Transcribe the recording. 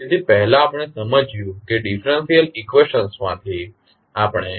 તેથી પહેલા આપણે સમજીશું કે ડિફરેંશિયલ ઇકવેશનમાંથી આપણને